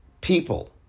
people